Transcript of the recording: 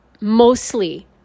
mostly